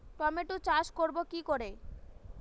Tomato চাষ করব কি করে?